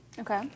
Okay